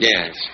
Yes